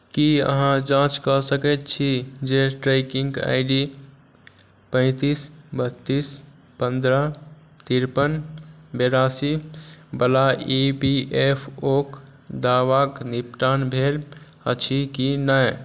की अहाँ जांँच कऽ सकैत छी जे ट्रैकिंग आई डी पैंतीस बत्तीस पन्द्रह तिरपन बिरासीवला ईपीएफओक दावाक निपटान भेल अछि कि नहि